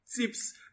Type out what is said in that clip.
tips